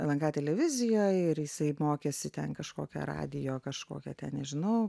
lnk televizijoj ir jisai mokėsi ten kažkokią radijo kažkokią ten nežinau